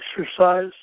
exercise